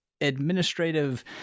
administrative